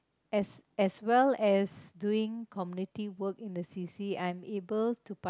as as well as doing community work in the C_C I'm able to part